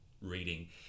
reading